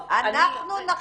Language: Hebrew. אנחנו נחליט.